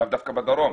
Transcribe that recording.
לאו דווקא בדרום,